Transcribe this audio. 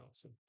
awesome